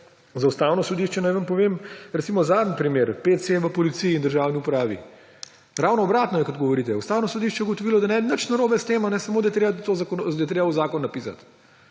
za Ustavno sodišče, naj vam povem, recimo zadnji primer: PC v policiji in državni upravi. Ravno obratno je, kot govorite. Ustavno sodišče je ugotovilo, da ni nič narobe s tem, samo da je treba v zakon napisati.